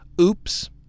Oops